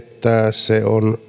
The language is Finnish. se